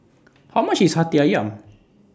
How much IS Hati Ayam